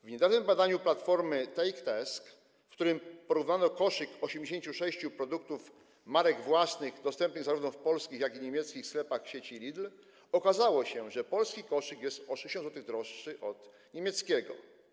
W niedawnym badaniu platformy Take Task, w którym porównano koszyk 86 produktów marek własnych dostępnych zarówno w polskich, jak i w niemieckich sklepach sieci Lidl, okazało się, że polski koszyk jest o 60 zł droższy od niemieckiego.